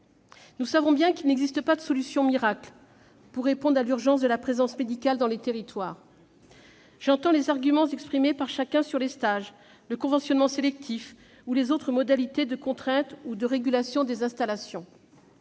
Nous savons bien qu'il n'existe pas de solution miracle pour répondre à l'urgence de la présence médicale dans les territoires. J'entends les arguments avancés par chacun sur les stages, le conventionnement sélectif ou les autres modalités de contrainte ou de régulation des installations.